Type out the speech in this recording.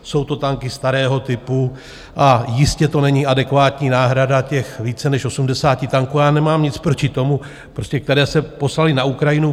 Jsou to tanky starého typu a jistě to není adekvátní náhrada těch více než 80 tanků a já nemám nic proti tomu které se poslaly na Ukrajinu.